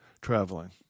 traveling